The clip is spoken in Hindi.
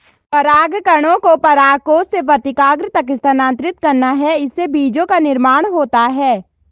परागकणों को परागकोश से वर्तिकाग्र तक स्थानांतरित करना है, इससे बीजो का निर्माण होता है